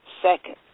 Second